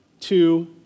two